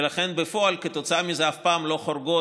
ולכן בפועל, כתוצאה מזה הן אף פעם לא חורגות